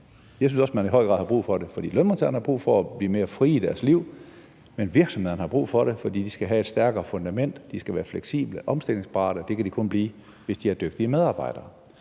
Jeg synes også, at man i høj grad har brug for det, fordi lønmodtagerne har brug for at blive mere frie i deres liv, men virksomhederne har brug for det, fordi de skal have et stærkere fundament, de skal være fleksible og omstillingsparate, og det kan de kunne blive, hvis de har dygtige medarbejdere.